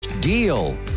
Deal